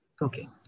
Okay